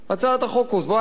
הצעת החוק קובעת